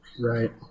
Right